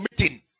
meeting